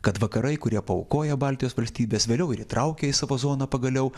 kad vakarai kurie paaukoja baltijos valstybes vėliau ir įtraukė į savo zoną pagaliau